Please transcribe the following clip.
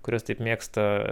kurias taip mėgsta